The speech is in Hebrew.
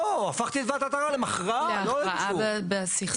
להכרעה בסכסוך.